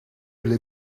les